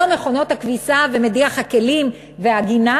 מכונות הכביסה ומדיח הכלים והגינה,